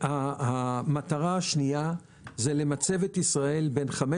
והמטרה השנייה זה למצב את ישראל בין חמש